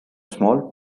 small